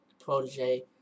protege